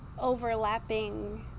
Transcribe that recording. overlapping